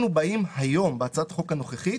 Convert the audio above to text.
אנחנו באים היום בהצעת החוק הנוכחית